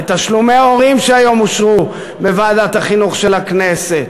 בתשלומי הורים שהיום אושרו בוועדת החינוך של הכנסת,